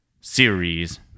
series